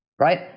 right